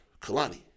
Kalani